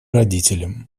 родителям